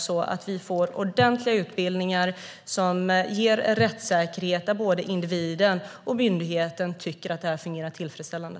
Vi vill ha ordentliga utbildningar som ger rättssäkerhet, så att både individen och myndigheten tycker att det fungerar tillfredsställande.